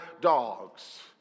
dogs